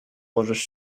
możesz